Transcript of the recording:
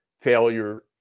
failure